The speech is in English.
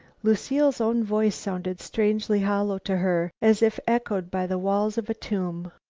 lucile's own voice sounded strangely hollow to her, as if echoed by the walls of a tomb.